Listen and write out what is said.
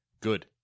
Good